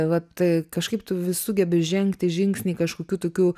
vat kažkaip tu vis sugebi žengti žingsnį kažkokių tokių